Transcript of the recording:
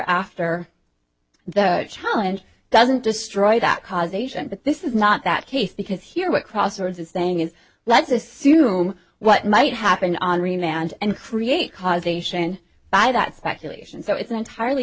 after the challenge doesn't destroy that cause ation but this is not that case because here what crossroads is saying is let's assume what might happen on remount and create causation by that speculation so it's an entirely